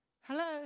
Hello